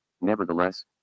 nevertheless